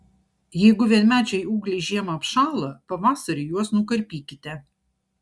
jeigu vienmečiai ūgliai žiemą apšąla pavasarį juos nukarpykite